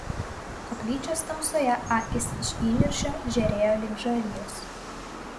koplyčios tamsoje akys iš įniršio žėrėjo lyg žarijos